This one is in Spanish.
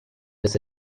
les